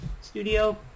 Studio